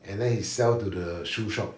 and then he sell to the shoe shop